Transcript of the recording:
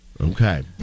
Okay